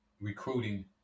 recruiting